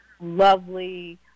lovely